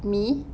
me